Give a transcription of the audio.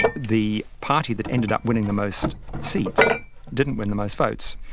the party that ended up winning the most seats didn't win the most votes.